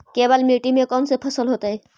केवल मिट्टी में कौन से फसल होतै?